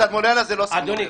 סלמונלה היא לא סלמונלה.